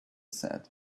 said